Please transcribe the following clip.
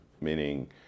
meaning